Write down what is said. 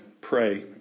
pray